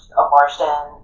abortion